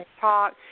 talk